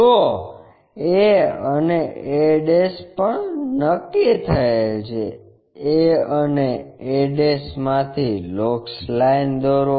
તો a અને a પણ નક્કી થયેલ છે a અને a માંથી લોકસ લાઈન દોરો